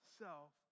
self